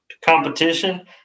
competition